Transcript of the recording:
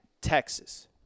Texas